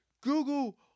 Google